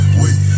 wait